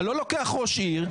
אתה לא לוקח ראש עיר,